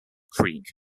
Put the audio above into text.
creek